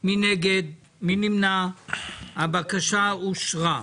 מנגנון התשלומים למנגנון ההתחייבויות.